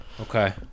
Okay